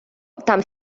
там